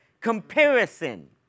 comparison